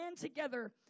together